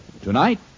Tonight